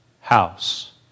house